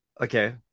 Okay